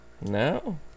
No